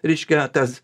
reiškia tas